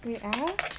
wait ah